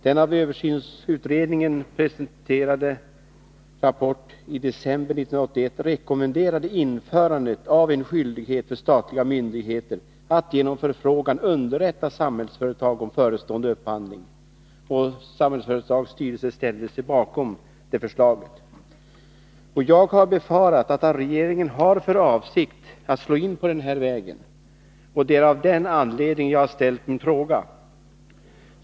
Den av översynsutredningen i december 1981 presenterade rapporten rekommenderade införandet av en skyldighet för statliga myndigheter att genom förfrågan underrätta Samhällsföretag om förestående upphandling. Samhällsföretags styrelse ställde sig bakom det förslaget. Jag befarar att regeringen har för avsikt att slå in på denna väg, och det är av den anledningen jag har ställt min fråga.